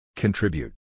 Contribute